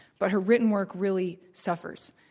but her written work really suffers.